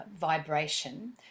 vibration